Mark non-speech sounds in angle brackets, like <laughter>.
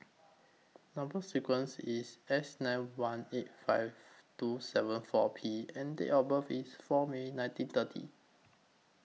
Number sequence IS S nine one eight five <hesitation> two seven four P and Date of birth IS four May one thousand nine hundred and thirty